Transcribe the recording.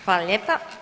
Hvala lijepa.